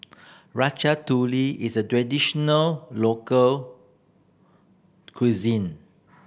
ratatouille is a traditional local cuisine